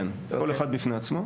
כן, כל אחד בפני עצמו.